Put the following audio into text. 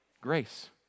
grace